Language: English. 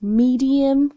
medium